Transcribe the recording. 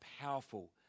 powerful